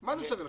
מה זה משנה לך?